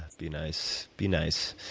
be nice. be nice.